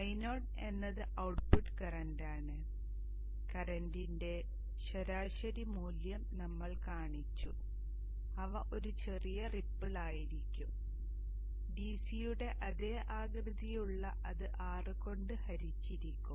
Io എന്നത് output current ആണ് കറന്റിന്റെ ശരാശരി മൂല്യം നമ്മൾ കാണിച്ചു അവ ഒരു ചെറിയ റിപ്പിൾ ആയിരിക്കും DC യുടെ അതേ ആകൃതി ഉള്ള അത് R കൊണ്ട് ഹരിച്ചിരിക്കും